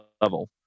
level